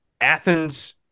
Athens